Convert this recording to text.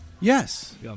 Yes